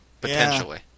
potentially